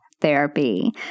therapy